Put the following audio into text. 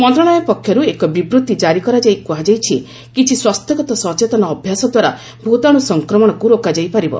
ମନ୍ତ୍ରଣାଳୟ ପକ୍ଷରୁ ଏକ ବିବୃଭି ଜାରି କରାଯାଇ କୁହାଯାଇଛି କିଛି ସ୍ୱାସ୍ଥ୍ୟଗତ ସଚେତନ ଅଭ୍ୟାସ ଦ୍ୱାରା ଭୂତାଣୁ ସଂକ୍ରମଣକୁ ରୋକାଯାଇ ପାରିବ